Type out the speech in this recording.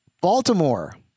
Baltimore